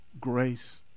grace